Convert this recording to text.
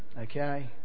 Okay